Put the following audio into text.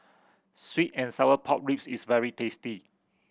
sweet and sour pork ribs is very tasty